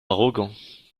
arrogants